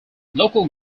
local